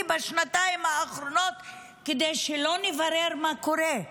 בשנתיים האחרונות כדי שלא נברר מה קורה,